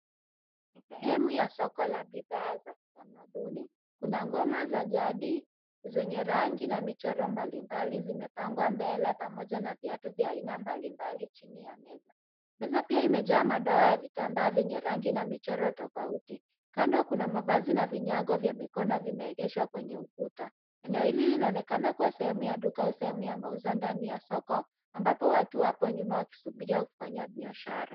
Ni sehemu ya soko la bidhaa za kithamaduni. Kuna ngoma za jadi, zenye rangi na michoro mbali mbali zimepangwa mbele pamoja na viatu vya aina mbali mbali jini ya meza. Meza pia imejaa madawa ya vitabaa venye rangi na michoro tafauti, kando kuna mavasi na vinyako vya mikono vimeegeshwa kwenye ukuta. Eneo hili linaonekana kuwa sehemu ya duka au sehemu ya mauzo ndani ya soko, ambapo watu hapo nyuma wakisubiri au kufanya biashara.